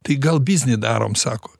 tai gal biznį darom sako